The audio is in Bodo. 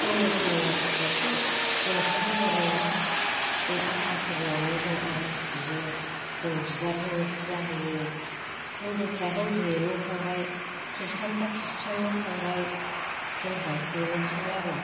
मुनुस माया फिसासो जोंथ जेबो रोङा बे आफाफोरनावनो जों आर'ज बियो जों बिबारजोंनो फुजा होयो हिन्दुफ्रा हिन्दुयैनो थांबय ख्रिष्टियानफ्रा ख्रिष्टियानयैनो थांबाय जोंहा बेनोसै आरो